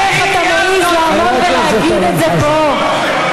איך אתה מעז לעמוד ולהגיד את זה פה?